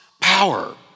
power